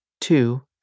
two